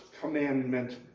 commandment